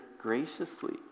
graciously